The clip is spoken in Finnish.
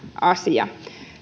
asia